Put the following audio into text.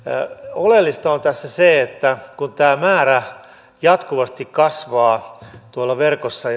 oleellista on tässä se kun tämä määrä jota jaetaan jatkuvasti kasvaa tuolla verkossa